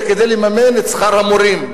זה כדי לממן את שכר המורים.